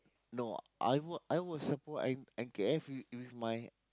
no I will I will support and and care with with my